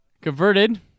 Converted